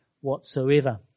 whatsoever